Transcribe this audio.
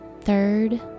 third